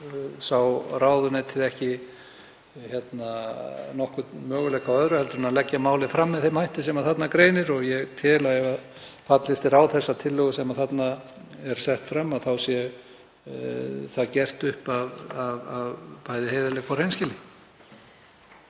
sá ráðuneytið ekki nokkurn möguleika á öðru en að leggja málið fram með þeim hætti sem þarna greinir. Ég tel að ef fallist er á þessa tillögu sem þarna er sett fram sé það gert upp af bæði heiðarleika og hreinskilni.